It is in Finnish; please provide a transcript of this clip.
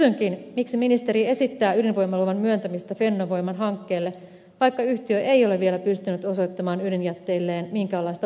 kysynkin miksi ministeri esittää ydinvoimaluvan myöntämistä fennovoiman hankkeelle vaikka yhtiö ei ole vielä pystynyt osoittamaan ydinjätteelleen minkäänlaista loppusijoituspaikkaa